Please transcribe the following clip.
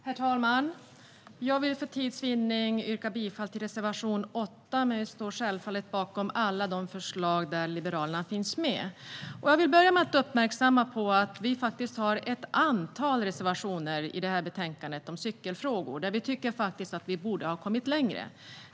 Herr talman! Jag vill för tids vinnande yrka bifall endast till reservation 8, men vi står självfallet bakom alla de förslag där Liberalerna finns med. Jag vill börja med att uppmärksamma att vi har ett antal reservationer i betänkandet om cykelfrågor, där vi tycker att vi borde ha kommit längre.